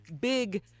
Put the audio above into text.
big